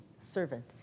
servant